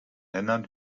ländern